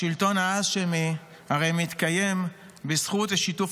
השלטון ההאשמי הרי מתקיים בזכות שיתוף